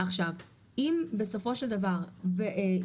אם בסופו של דבר יבואן,